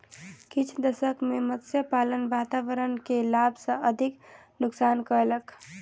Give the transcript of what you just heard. किछ दशक में मत्स्य पालन वातावरण के लाभ सॅ अधिक नुक्सान कयलक